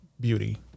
beauty